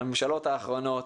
הממשלות האחרונות